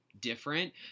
different